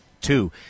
two